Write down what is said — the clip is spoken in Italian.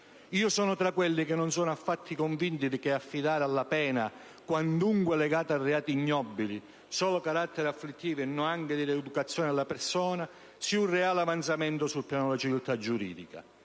lo sono tra quelli che non sono affatto convinti che affidare alla pena, quantunque legata a reati ignobili, solo caratteri afflittivi e non anche di rieducazione della persona sia un reale avanzamento sul piano della civiltà giuridica.